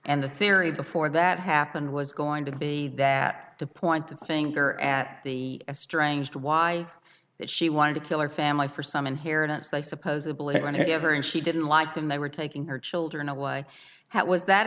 and the theory before that happened was going to be that to point the finger at the estranged why that she wanted to kill her family for some inheritance they supposedly are going to give her and she didn't like them they were taking her children away how was that